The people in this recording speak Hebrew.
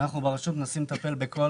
אנחנו ברשות מנסים לטפל בכל